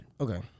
Okay